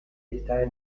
está